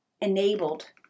enabled